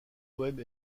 poème